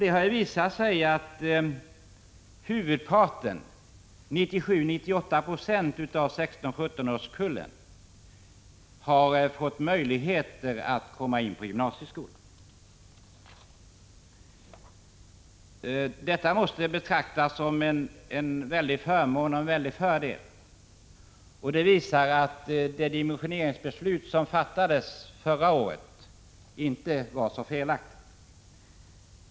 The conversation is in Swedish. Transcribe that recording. Det har ju visat sig att huvudparten — 97-98 96 — av kullen 16-17-åringar har fått möjligheter att komma in på gymnasieskolan. Detta måste betraktas som en mycket stor förmån och vara en mycket stor fördel. Och det visar också att det beslut som fattades förra året beträffande dimensionering inte var så felaktigt.